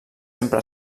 sempre